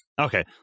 Okay